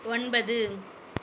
ஒன்பது